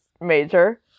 major